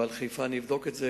אבל חיפה, אני אבדוק את זה.